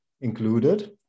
included